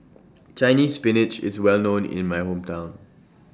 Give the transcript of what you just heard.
Chinese Spinach IS Well known in My Hometown